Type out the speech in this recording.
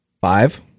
Five